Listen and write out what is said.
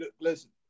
listen